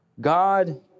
God